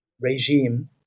regime